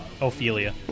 Ophelia